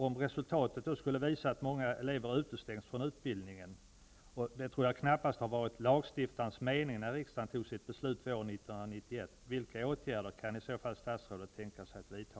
Om resultatet då skulle visa att många elever utestängs från utbildningen -- det tror jag knappast har varit lagstiftarens mening när riksdagen fattade sitt beslut våren 1991 -- vilka åtgärder kan i så fall statsrådet tänka sig att vidta?